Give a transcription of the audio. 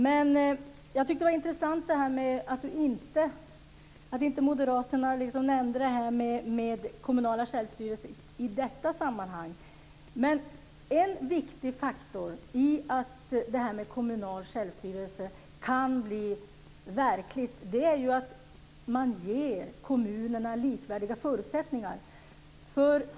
Det var intressant att inte moderaterna nämnde den kommunala självstyrelsen i detta sammanhang. En viktig faktor för att kommunal självstyrelse kan bli verklighet är att man ger kommunerna likvärdiga förutsättningar.